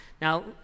Now